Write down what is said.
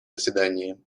заседании